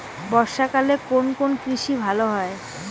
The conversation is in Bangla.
বর্ষা কালে কোন কোন কৃষি ভালো হয়?